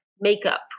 makeup